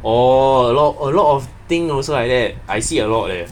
orh a lot of a lot of thing also like that I see a lot leh